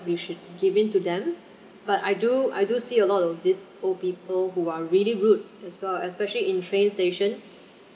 we should given to them but I do I do see a lot of these old people who are really rude as well especially in train station